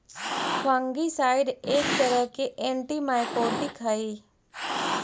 fungicide एक तरह के एंटिमाइकोटिक हई